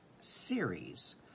series